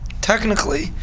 Technically